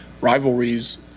Rivalries